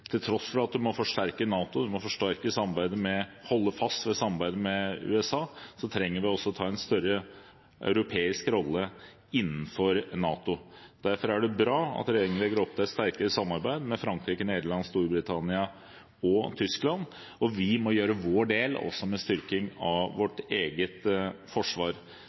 Til tross for at en må forsterke NATO og holde fast ved samarbeidet med USA, trenger vi også å ta en større europeisk rolle innenfor NATO. Derfor er det bra at regjeringen legger opp til et sterkere samarbeid med Frankrike, Nederland, Storbritannia og Tyskland, og vi må ta vår del med styrking av vårt eget forsvar.